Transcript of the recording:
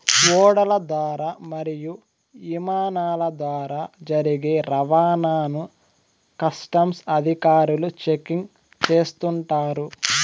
ఓడల ద్వారా మరియు ఇమానాల ద్వారా జరిగే రవాణాను కస్టమ్స్ అధికారులు చెకింగ్ చేస్తుంటారు